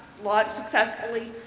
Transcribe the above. launched successfully.